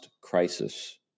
Crisis